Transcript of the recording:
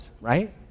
right